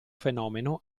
fenomeno